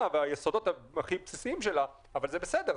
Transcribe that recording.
והיסודות הכי בסיסיים שלהם אבל זה בסדר,